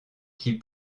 qui